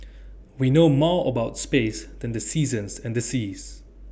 we know more about space than the seasons and the seas